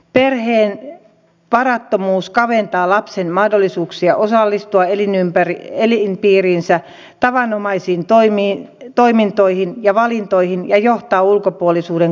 perheen varattomuus kaventaa lapsen mahdollisuuksia osallistua elinpiirinsä tavanomaisiin toimintoihin ja valintoihin ja johtaa ulkopuolisuuden kokemuksiin